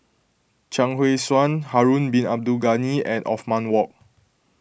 Chuang Hui Tsuan Harun Bin Abdul Ghani and Othman Wok